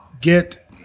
get